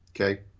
Okay